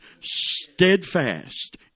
steadfast